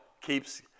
keeps